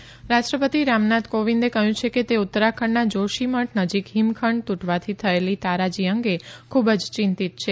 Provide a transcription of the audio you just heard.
ઉત્તરાખંડ સંદેશો રાષ્ટ્રપતિ રામનાથ કોવિંદે કહ્યું છે કે તે ઉત્તરાખંડના જોશીમઠ નજીક હિમખંડ તૂટવાથી થયેલી તારાજી અંગે ખૂબ જ ચીંતિત છે